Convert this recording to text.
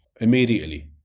immediately